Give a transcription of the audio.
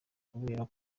kubera